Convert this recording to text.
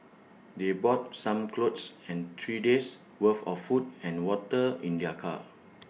they brought some clothes and three days' worth of food and water in their car